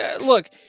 Look